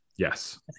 Yes